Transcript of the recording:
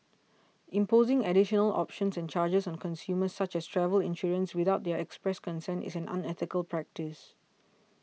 imposing additional options and charges on consumers such as travel insurance without their express consent is an unethical practice